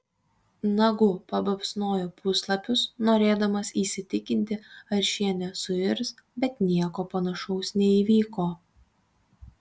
nagu pabaksnojo puslapius norėdamas įsitikinti ar šie nesuirs bet nieko panašaus neįvyko